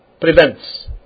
prevents